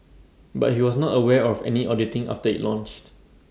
but he was not aware of any auditing after IT launched